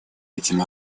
этим